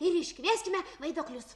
ir iškviesime vaiduoklius